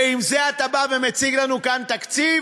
ועם זה אתה בא ומציג לנו כאן תקציב?